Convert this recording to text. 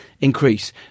increase